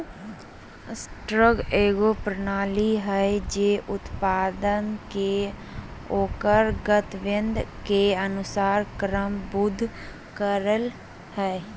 sorter एगो प्रणाली हइ जे उत्पाद के ओकर गंतव्य के अनुसार क्रमबद्ध करय हइ